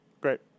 Great